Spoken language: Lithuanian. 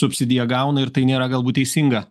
subsidiją gauna ir tai nėra galbūt teisinga